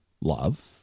Love